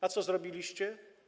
A co zrobiliście?